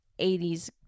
80s